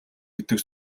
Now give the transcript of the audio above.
гэдэг